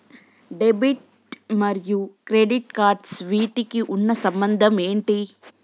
Debit మరియు credit cards వీటికి ఉన్న సంబంధం ఏంటి?